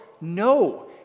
No